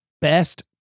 Best